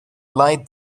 lied